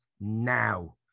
now